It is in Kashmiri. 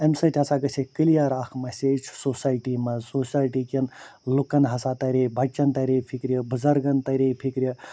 اَمہِ سۭتۍ ہَسا گَژھِ کِلیر اکھ میٚسیج سوسایٹی مَنٛز سوسایٹی کٮ۪ن لُکَن ہَسا تَرہے بَچَن ترِہے فِکرِ بُزرگَن ترِہے فِکرِ